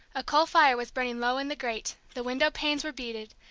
a coal fire was burning low in the grate, the window-panes were beaded,